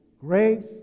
Grace